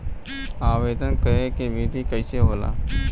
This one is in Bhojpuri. आवेदन करे के विधि कइसे होला?